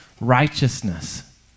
righteousness